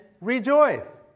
rejoice